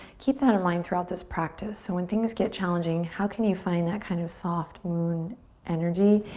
keep that in mind throughout this practice. so when things get challenging, how can you find that kind of soft moon energy?